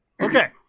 Okay